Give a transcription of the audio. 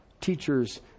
teachers